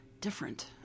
different